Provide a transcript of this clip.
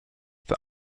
that